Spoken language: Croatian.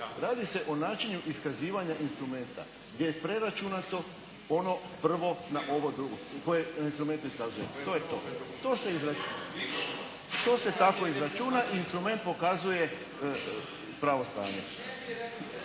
Radi se o načinu iskazivanja instrumenta gdje je preračunato ovo prvo na ovo drugo koje instrument iskazuje. To je to. To se tako izračuna i instrument pokazuje pravo stanje.